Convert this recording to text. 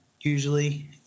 usually